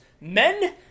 men